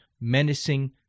menacing